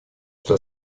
что